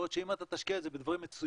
בעוד שאם אתה תשקיע את זה בדברים מצוינים,